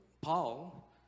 Paul